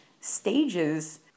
stages